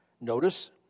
Notice